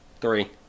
Three